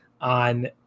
on